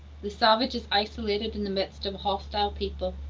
the savage is isolated in the midst of a hostile people,